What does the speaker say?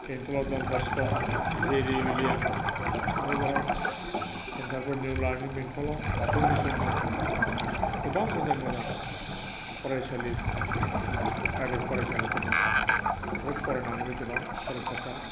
बेंटलाव Don Bosco J D William थुख्राझाराव centre for new learning बेंथलाव बाथौ मिसन दं गोबां मोजां मोजां फरायसालि प्राइभेट फरायसालिफोर दं बेफोराव फरायनानैबो गोबां फरायसाफोरा